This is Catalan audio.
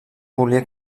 volia